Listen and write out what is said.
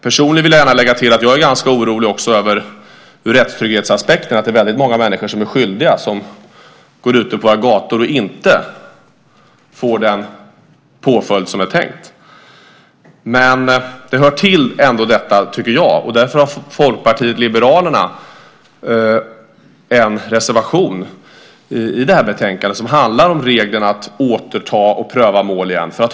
Personligen vill jag gärna lägga till att jag också är ganska orolig över rättstrygghetsaspekten, att det är väldigt många människor som är skyldiga som går ute på våra gator och inte får den påföljd som är tänkt. Men detta hör även till saken, och därför har Folkpartiet liberalerna en reservation i det här betänkandet som handlar om reglerna för att återta och pröva mål igen.